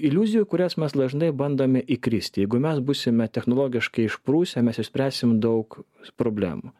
iliuzijų į kurias mes dažnai bandome įkristi jeigu mes būsime technologiškai išprusę mes išspręsim daug problemų